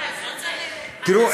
תראו,